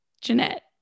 jeanette